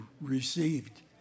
received